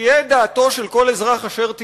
ותהיה דעתו של כל אזרח אשר תהיה,